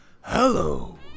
Hello